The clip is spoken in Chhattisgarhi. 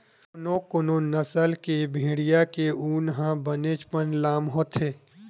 कोनो कोनो नसल के भेड़िया के ऊन ह बनेचपन लाम होथे